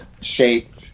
shape